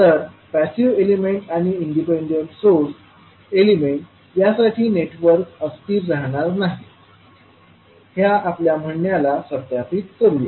तर passive element आणि independent source element यांसाठी नेटवर्क अस्थिर राहणार नाहीत ह्या आपल्या म्हणण्याला सत्यापित करूया